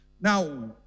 Now